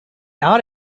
out